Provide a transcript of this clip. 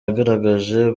yagaragaje